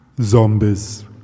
zombies